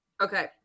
Okay